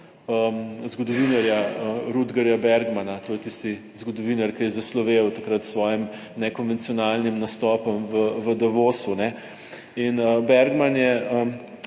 zgodovinarja Rudgerja Bergmana. To je tisti zgodovinar, ki je zaslovel takrat s svojim nekonvencionalnim nastopom v Davosu. In Bergman je